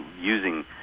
using